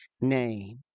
name